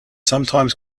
sometimes